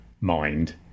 mind